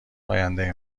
آینده